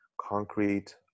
concrete